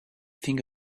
think